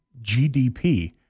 GDP